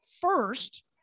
first